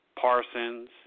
Parsons